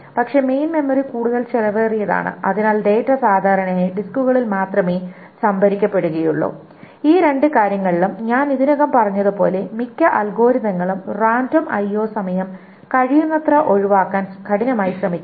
പക്ഷേ main memory കൂടുതൽ ചെലവേറിയതാണ് അതിനാൽ ഡാറ്റ സാധാരണയായി ഡിസ്കുകളിൽ മാത്രമേ സംഭരിക്കപ്പെടുകയുള്ളൂ ഈ രണ്ട് കാര്യങ്ങളിലും ഞാൻ ഇതിനകം പറഞ്ഞതുപോലെ മിക്ക അൽഗോരിതങ്ങളും റാൻഡം IO Random IO സമയം കഴിയുന്നത്ര ഒഴിവാക്കാൻ കഠിനമായി ശ്രമിക്കും